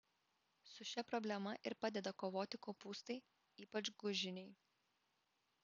su šia problema ir padeda kovoti kopūstai ypač gūžiniai